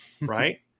right